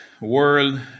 world